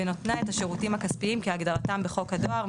בנותנה את השירותים הכספיים כהגדרתם בחוק הדואר,